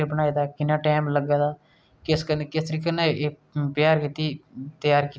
ते ओह् इन्ना दौड़ेआ इन्ना दौड़ेआ की एंड धोड़ी ओह्दे साह् बी निकली गे ते प्राण बी उड्डी गै उसदे भी